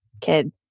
kid